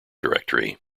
directory